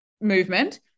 movement